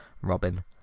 Robin